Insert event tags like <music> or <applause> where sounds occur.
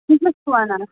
<unintelligible> چھُو وَنان